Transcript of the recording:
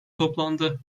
toplandı